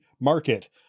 market